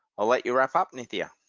i'll let you wrap up nithya.